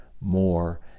more